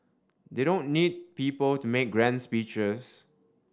they don't need people to make grand speeches